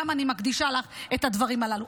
למה אני מקדישה לך את הדברים הללו.